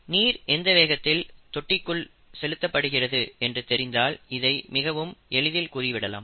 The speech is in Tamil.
நீர் எந்த வேகத்தில் தொட்டிக்குள் செலுத்தப்படுகிறது என்று தெரிந்தால் இதை மிகவும் எளிதில் கூறிவிடலாம்